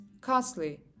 costly